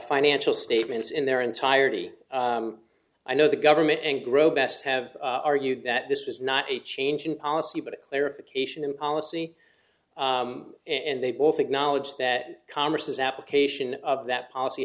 financial statements in their entirety i know the government and grow best have argued that this was not a change in policy but clarification and policy and they both acknowledge that congress has application of that policy